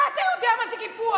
מה אתה יודע מה זה קיפוח?